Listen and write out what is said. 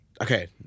Okay